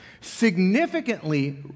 Significantly